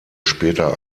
später